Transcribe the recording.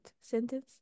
sentence